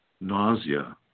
nausea